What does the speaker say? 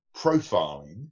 profiling